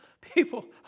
people